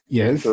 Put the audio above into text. yes